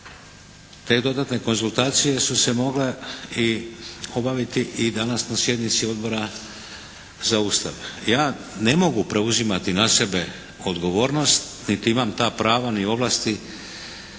Te dodatne konzultacije su se mogle i obaviti i danas na sjednici Odbora za Ustav. Ja ne mogu preuzimati na sebe odgovornost, niti imam ta prava ni ovlasti.